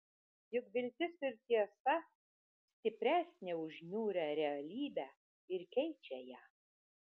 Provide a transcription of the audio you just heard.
juk viltis ir tiesa stipresnę už niūrią realybę ir keičią ją